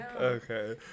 Okay